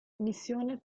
missione